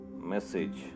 message